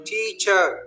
Teacher